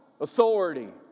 authority